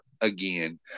again